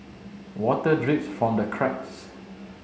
water drips from the cracks